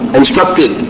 instructed